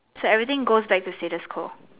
so everything goes back to status quo